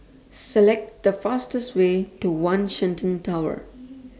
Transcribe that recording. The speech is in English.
Select The fastest Way to one Shenton Tower